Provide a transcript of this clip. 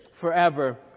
forever